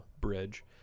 bridge